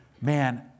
Man